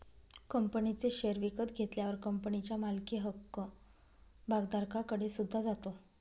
कंपनीचे शेअर विकत घेतल्यावर कंपनीच्या मालकी हक्क भागधारकाकडे सुद्धा जातो